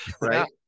right